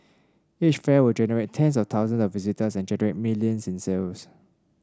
each fair would attract tens of thousands of visitors and generate millions in sales